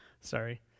Sorry